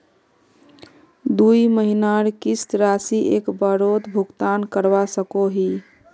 दुई महीनार किस्त राशि एक बारोत भुगतान करवा सकोहो ही?